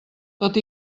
tot